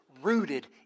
rooted